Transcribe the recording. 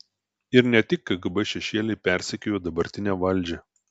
ir ne tik kgb šešėliai persekiojo dabartinę valdžią